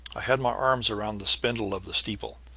i had my arms around the spindle of the steeple,